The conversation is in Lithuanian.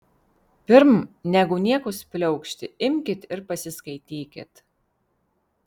pirm negu niekus pliaukšti imkit ir pasiskaitykit